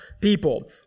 people